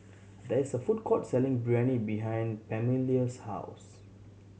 there is a food court selling Biryani behind Pamelia's house